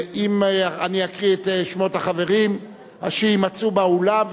אני אקריא את שמות החברים אשר יימצאו באולם,